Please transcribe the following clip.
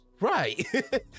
Right